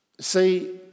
See